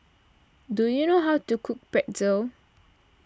do you know how to cook Pretzel